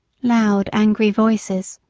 loud, angry voices,